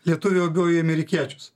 lietuviai labiau į amerikiečius